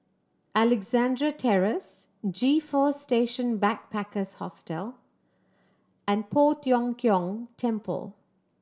Alexandra Terrace G Four Station Backpackers Hostel and Poh Tiong Kiong Temple